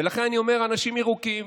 ולכן אני אומר אנשים ירוקים.